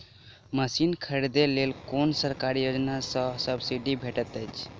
Machine खरीदे लेल कुन सरकारी योजना सऽ सब्सिडी भेटैत अछि?